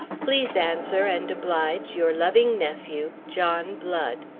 please answer and oblige your loving nephew, john blood.